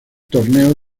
torneo